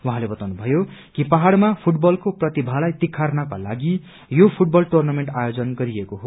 उहाँले बताउनु भयो कि पहाड़मा फूटबलको प्रतिभालाई तिखार्नको लागि यो फूटबल टुर्नामेन्ट आयोजन गरिएको हो